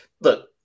look